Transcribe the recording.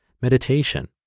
meditation